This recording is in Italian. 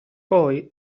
poi